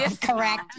correct